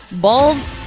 Balls